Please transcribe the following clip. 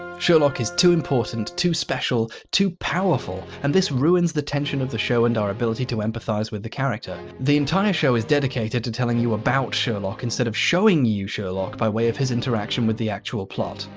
sherlock is too important, too special, too powerful, and this ruins the tension of the show and our ability to empathise with the character. the entire show is dedicated to telling you about sherlock instead of showing you sherlock by way of his interaction with the actual plot.